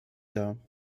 dar